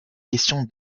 question